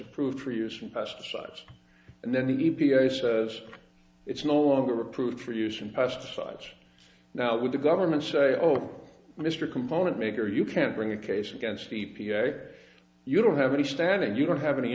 approved for use from pesticides and then the e p a says it's no longer approved for use and pesticides now with the government say oh mr component maker you can't bring a case against e p a you don't have any standing you don't have any